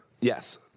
Yes